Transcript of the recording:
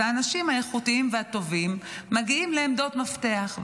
אז האנשים האיכותיים והטובים מגיעים לעמדות מפתח.